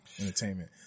Entertainment